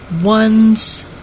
ones